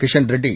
Kishan Reddy